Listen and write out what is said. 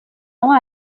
ont